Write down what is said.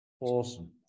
Awesome